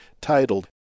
titled